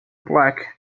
black